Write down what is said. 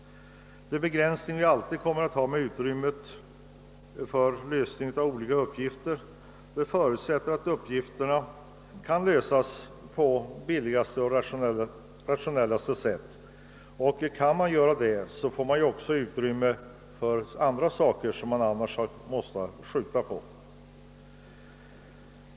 Den begränsning som alltid kommer att finnas när det gäller utrymmet för lösning av olika uppgifter förutsätter att uppgifterna kan lösas på billigaste och rationellaste sätt. Om så kan ske, skapas också utrymme för andra saker som annars kanske måste skjutas på framtiden.